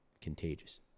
Contagious